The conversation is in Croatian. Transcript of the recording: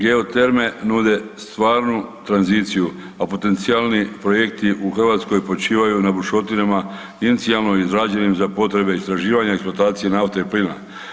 Geoterme nude stvarnu tranziciju, a potencijalni projekti u Hrvatskoj počivaju na bušotinama inicijalno izrađenim za potrebe istraživanja i eksploatacije nafte i plina.